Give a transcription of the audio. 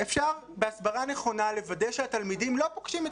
אפשר בהסברה נכונה לוודא שהתלמידים לא פוגשים את